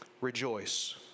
Rejoice